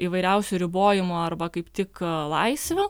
įvairiausių ribojimų arba kaip tik laisvių